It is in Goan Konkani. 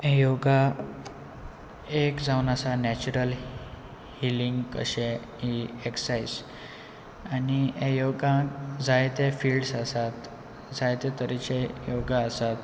योगा एक जावन आसा नॅचरल हिलींग अशें ही एक्सायज आनी ए योगाक जायते फिल्ड्स आसात जायते तरेचे योगा आसात